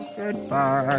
Goodbye